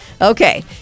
Okay